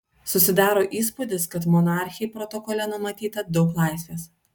susidaro įspūdis kad monarchei protokole numatyta daug laisvės